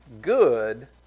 good